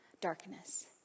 darkness